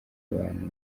abantu